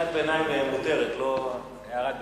קריאת ביניים מותרת, לא הערת ביניים.